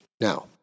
Now